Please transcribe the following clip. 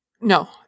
No